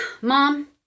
mom